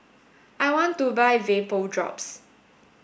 I want to buy Vapodrops